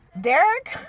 Derek